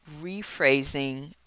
rephrasing